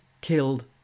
killed